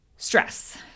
Stress